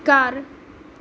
ਘਰ